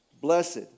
Blessed